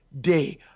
day